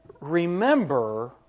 remember